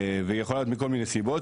ויכול להיות מכל מיני סיבות,